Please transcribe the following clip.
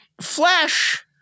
flesh